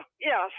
yes